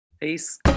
Peace